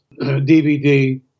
DVD